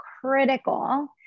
critical